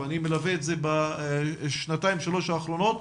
ואני מלווה את זה בשנתיים שלוש האחרונות,